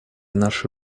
наши